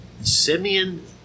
Simeon